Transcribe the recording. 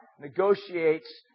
negotiates